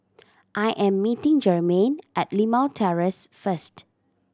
I am meeting Jermain at Limau Terrace first